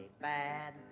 bad